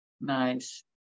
Nice